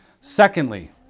Secondly